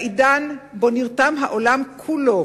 בעידן שבו נרתם העולם כולו,